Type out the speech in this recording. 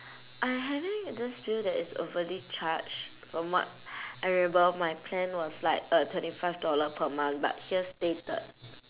I having this bill that is overly charged from what I remember my plan was like uh twenty five dollar per month but here stated